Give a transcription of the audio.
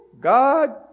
God